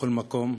בכל מקום,